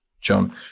John